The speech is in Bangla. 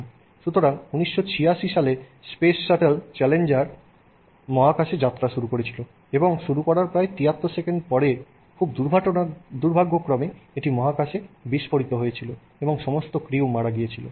সুতরাং 1986 সালে স্পেস শাটল চ্যালেঞ্জার মহাকাশে যাত্রা শুরু করেছিল এবং শুরুর প্রায় 73 সেকেন্ডের পরে খুব দুর্ভাগ্যক্রমে এটি মহাকাশে বিস্ফোরিত হয়েছিল এবং সমস্ত ক্রিউ মারা গিয়েছিল